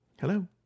Hello